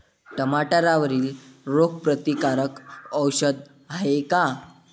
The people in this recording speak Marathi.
टमाट्यावरील रोग प्रतीकारक औषध हाये का?